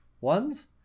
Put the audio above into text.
ones